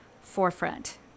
forefront